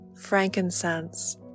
frankincense